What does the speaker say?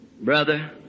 brother